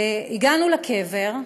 הגענו לקבר,